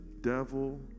devil